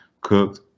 cooked